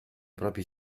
propri